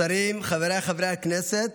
שרים, חבריי חברי הכנסת,